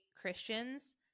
Christians